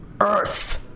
earth